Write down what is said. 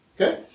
okay